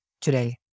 today